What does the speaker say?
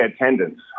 attendance